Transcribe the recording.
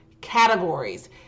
categories